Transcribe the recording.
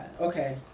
Okay